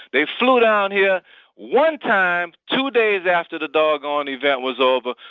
they flew down here one time, two days after the doggone event was over,